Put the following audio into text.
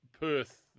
Perth